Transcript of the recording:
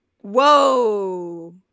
Whoa